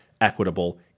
equitable